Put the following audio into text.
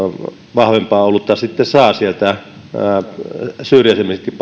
vahvempaa olutta sitten saa siellä syrjäisemmissäkin